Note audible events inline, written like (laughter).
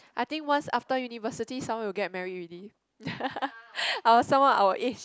I think once after university someone will get married already (laughs) our someone our age